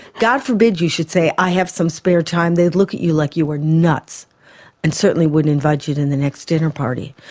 god forbid you should say i have some spare time. they'd look at you like you were nuts and certainly wouldn't invite you to and the next dinner party.